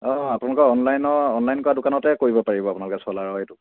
অঁ আপোনালোকৰ অনলাইনৰ অনলাইন কৰা দোকানতে কৰিব পাৰিব আপোনালোক চ'লাৰৰ এইটো